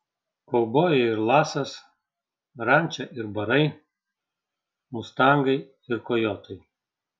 kaubojai ir lasas ranča ir barai mustangai ir kojotai